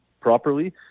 properly